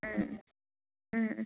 ꯎꯝ ꯎꯝ